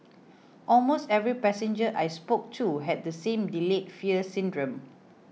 almost every passenger I spoke to had the same delayed fear syndrome